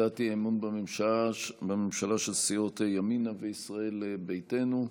הצעת אי-אמון בממשלה של סיעות ימינה וישראל ביתנו.